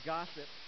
Gossip